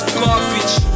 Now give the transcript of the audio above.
garbage